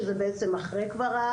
וזה בעצם כבר אחרי הלימודים,